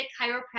chiropractic